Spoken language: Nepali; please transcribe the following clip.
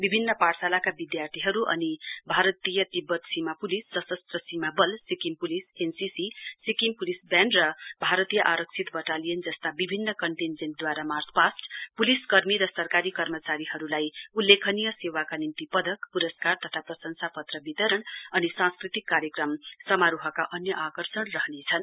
विभिन्न पाठशालाका विधार्थीहरु भारतीय तिब्वव सीमा पुलिस सशस्त्र सीमा वल Sikkim police N C C Sikkim police band र भारतीय आरक्षित वटालियन जस्ता विभिन्न कन्टिजेण्टद्वारा मार्च पास्टपुलिस कर्मी र सरकारी कर्मचारीहरुलाई उल्लेखनीय सेवाका निम्ति पदक पुरस्कार तथा प्रशंसा पत्र वितरण अनि सांस्कृतिक कार्यक्रम समारोहका अन्य आकर्षण रहनेछन्